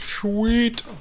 Sweet